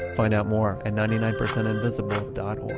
find out more at ninety nine percentinvisible dot